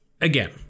again